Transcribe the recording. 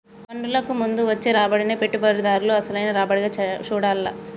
పన్నులకు ముందు వచ్చే రాబడినే పెట్టుబడిదారుడు అసలైన రాబడిగా చూడాల్ల